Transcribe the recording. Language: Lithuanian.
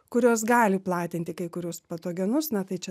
kurios gali platinti kai kuriuos patogenus na tai čia